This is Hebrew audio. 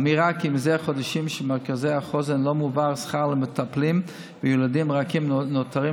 האמירה שזה חודשים במרכזי החוסן לא מועבר שכר למטפלים וילדים רכים נותרים